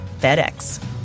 FedEx